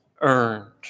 earned